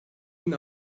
bin